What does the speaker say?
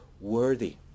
worthy